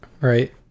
right